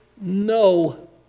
no